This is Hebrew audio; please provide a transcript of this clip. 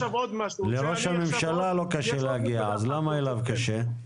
לראש הממשלה לא קשה להגיע, אז למה אליו קשה?